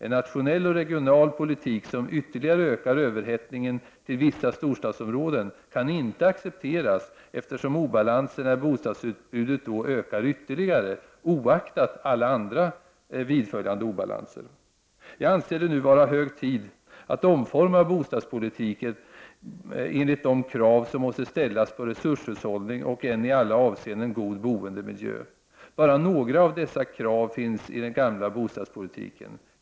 En nationell och regional politik som ytterligare ökar överhettningen till vissa storstadsområden kan inte accepteras, eftersom obalanserna i bostadsutbudet då ökar ytterligare, oaktat alla andra vidföljande obalanser. Jag anser det nu vara hög tid att omforma bostadspolitiken enligt de krav som måste ställas på resurshushållning och en i alla avseenden god boendemiljö. Bara några av dessa krav finns i den gamla bostadspolitiken.